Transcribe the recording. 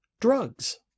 drugs